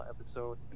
episode